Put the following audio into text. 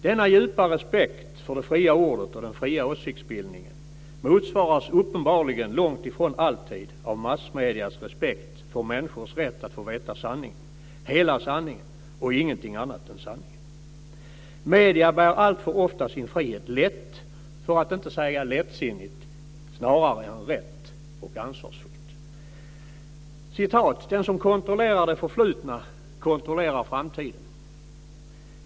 Denna djupa respekt för det fria ordet och den fria åsiktsbildningen motsvaras uppenbarligen långt ifrån alltid av massmediernas respekt för människors rätt att få veta sanningen, hela sanningen och ingenting annat än sanningen. Medierna bär alltför ofta sin frihet lätt, för att inte säga lättsinnigt, snarare än rätt och ansvarsfullt. "Den som kontrollerar det förflutna kontrollerar framtiden.